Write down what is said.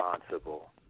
responsible